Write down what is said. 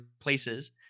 places